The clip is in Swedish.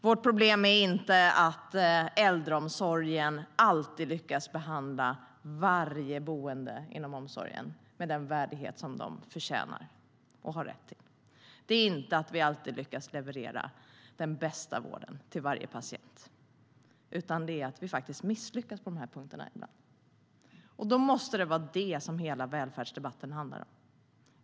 Vårt problem är inte att äldreomsorgen alltid lyckas behandla alla boende inom omsorgen med den värdighet som de förtjänar och har rätt till. Det är inte heller att vi alltid lyckas leverera den bästa vården till varje patient. Nej, vårt problem är att vi faktiskt misslyckas på de här punkterna ibland. Då måste det vara det som hela välfärdsdebatten handlar om.